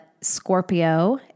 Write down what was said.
Scorpio